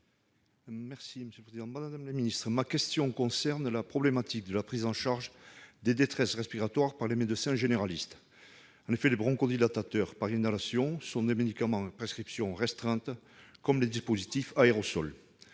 des solidarités et de la santé. Ma question concerne la problématique de la prise en charge des détresses respiratoires par les médecins généralistes. Les bronchodilatateurs par inhalation sont des médicaments à prescription restreinte, comme les dispositifs aérosols,